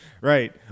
Right